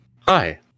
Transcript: Hi